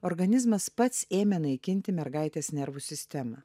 organizmas pats ėmė naikinti mergaitės nervų sistemą